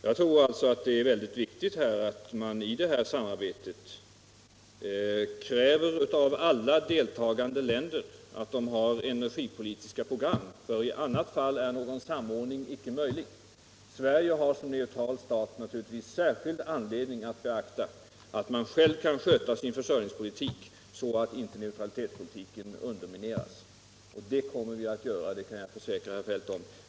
Jag tror alltså att det är mycket viktigt att man i detta samarbete kräver av alla deltagande länder att de har energipolitiska program, för i annat fall är någon samordning icke möjlig. Sverige har som neutral stat naturligtvis särskild anledning att beakta att man själv kan sköta sin försörjningspolitik så att inte neutralitetspolitiken undermineras. Det kommer vi att beakta — det kan jag försäkra herr Feldt.